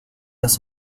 las